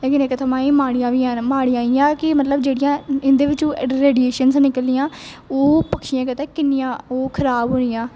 लेकिन इक थमां एह् माड़ियां बी हैन माड़ियां इ'यां न कि मतलब जेह्ड़ियां इं'दे बिच्चूं रेडियेशन निकलदियां ओह् पक्षियें गित्तै किन्नियां ओह् खराब होनियां